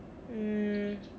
mm